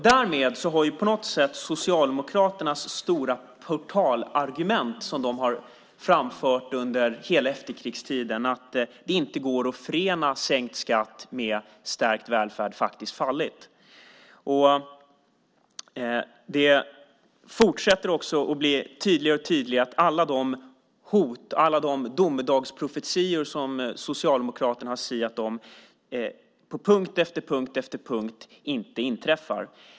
Därmed har på något sätt Socialdemokraternas portalargument som de har framfört under hela efterkrigstiden att det inte går att förena sänkt skatt med stärkt välfärd fallit. Det blir också tydligare och tydligare att alla de hot och domedagsprofetior som Socialdemokraterna har siat om på punkt efter punkt inte inträffar.